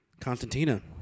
Constantina